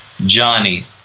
Johnny